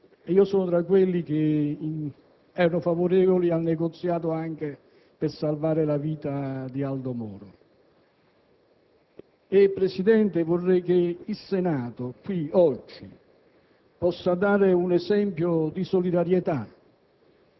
io sono tra quelli che erano favorevoli al negoziato anche per salvare la vita di Aldo Moro. Signor Presidente, vorrei che il Senato qui, oggi, potesse dare un esempio di solidarietà